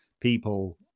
people